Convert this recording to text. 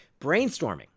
Brainstorming